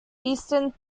eastern